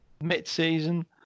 mid-season